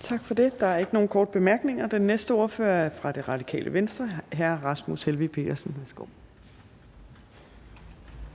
Kl. 14:14 Fjerde næstformand (Trine Torp): Tak for det. Der er ikke nogen korte bemærkninger. Den næste ordfører er fra Det Radikale Venstre, hr. Rasmus Helveg Petersen.